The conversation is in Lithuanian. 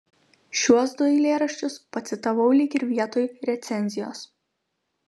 šiuos du eilėraščius pacitavau lyg ir vietoj recenzijos